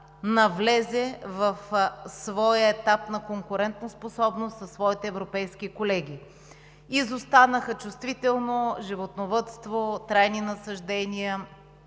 навлезе в своя етап на конкурентоспособност със своите европейски колеги. Изостанаха чувствително животновъдство, трайни насаждения,